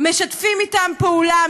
משתפים איתם פעולה,